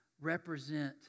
represent